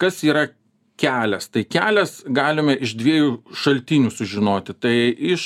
kas yra kelias tai kelias galime iš dviejų šaltinių sužinoti tai iš